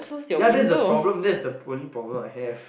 ya that's the problem that's the only problem I have